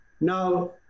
Now